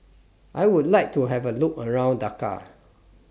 I Would like to Have A Look around Dakar